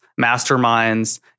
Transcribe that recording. masterminds